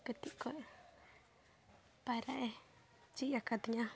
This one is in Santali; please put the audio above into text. ᱠᱟᱹᱴᱤᱡ ᱠᱷᱚᱡ ᱯᱟᱭᱨᱟᱜ ᱮ ᱪᱮᱫ ᱟᱠᱫᱤᱧᱟ